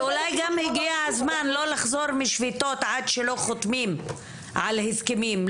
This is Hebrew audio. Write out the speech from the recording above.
ואולי גם הגיע הזמן לא לחזור משביתות עד שלא חותמים על הסכמים.